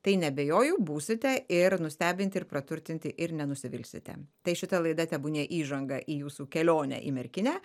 tai neabejoju būsite ir nustebinti ir praturtinti ir nenusivilsite tai šita laida tebūnie įžanga į jūsų kelionę į merkinę